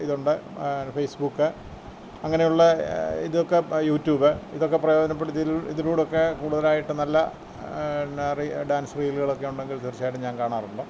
ഇതുണ്ട് Facebook അങ്ങനെയുള്ള ഇതൊക്കെ യു ട്യൂബ് ഇതൊക്കെ പ്രയോജനപ്പെടുത്തി ഇതിലൂടെയൊക്കെ കൂടുതലായിട്ട് നല്ല പിന്നെ റീ ഡാൻസ് റീലുകളൊക്കെ ഉണ്ടെങ്കില് തീർച്ചയായിട്ടും ഞാൻ കാണാറുണ്ട്